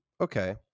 Okay